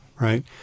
right